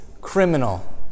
criminal